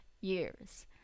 years